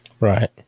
Right